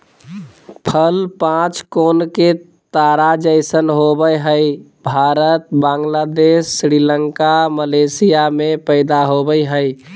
फल पांच कोण के तारा जैसन होवय हई भारत, बांग्लादेश, श्रीलंका, मलेशिया में पैदा होवई हई